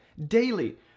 daily